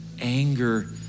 anger